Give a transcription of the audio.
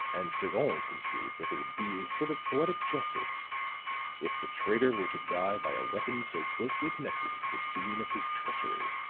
and sagon conceived that it would be a sort of poetic justice if the traitor were to die by a weapon so closely connected with the scene of his treachery.